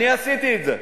אני עשיתי את זה.